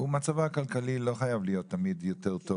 מצבו הכלכלי לא חייב להיות תמיד יותר טוב